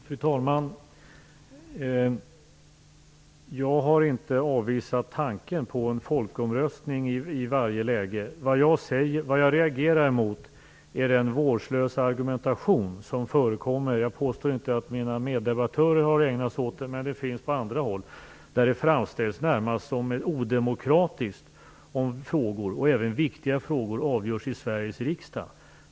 Fru talman! Jag har inte avvisat tanken på en folkomröstning i varje läge. Vad jag reagerar mot är den vårdslösa argumentation som förekommer. Jag påstår inte att mina meddebattörer har ägnat sig åt den, men den finns på andra håll. Det framställs närmast som odemokratiskt om frågor, även viktiga frågor, avgörs i Sveriges riksdag.